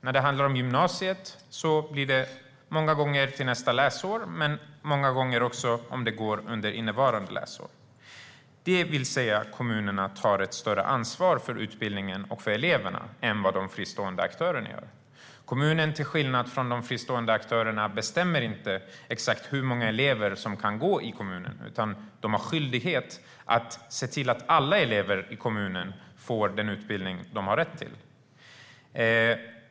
När det handlar om gymnasiet blir det många gånger till nästa läsår, men redan under innevarande läsår om det går. Det innebär att kommunerna tar ett större ansvar för utbildningen och för eleverna än de fristående aktörerna gör. Till skillnad från de fristående aktörerna bestämmer inte kommunen exakt hur många elever som kan gå i skolan, utan de har skyldighet att se till att alla elever i kommunen får den utbildning de har rätt till.